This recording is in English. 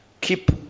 keep